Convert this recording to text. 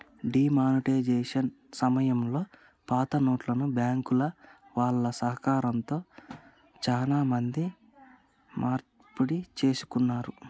D monetisation సమయంలో పాతనోట్లను బ్యాంకుల వాళ్ళ సహకారంతో చానా మంది మార్పిడి చేసుకున్నారు